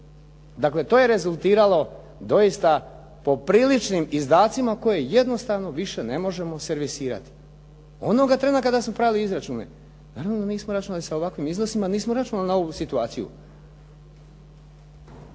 Dakle, to je rezultiralo doista popriličnim izdacima koje jednostavno više ne možemo servisirati. Onoga trena kada smo pravili izračune naravno nismo računali sa ovakvim iznosima, nismo računali na ovu situaciju.